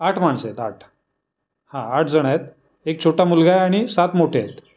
आठ माणसं आहेत आठ हां आठ जण आहेत एक छोटा मुलगा आहे आणि सात मोठे आहेत